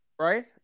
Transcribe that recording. Right